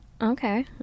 Okay